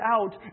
out